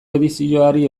edizioari